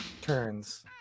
turns